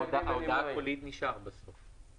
הצבעה אושר.